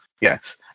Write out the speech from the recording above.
yes